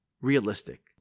Realistic